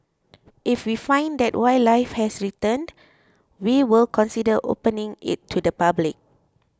if we find that wildlife has returned we will consider opening it to the public